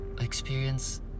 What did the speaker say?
experience